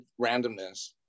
randomness